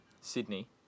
Sydney